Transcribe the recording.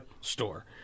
store